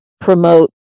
promote